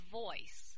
voice